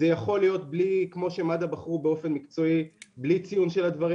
זה יכול להיות בלי ציון של הדברים.